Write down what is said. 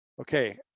okay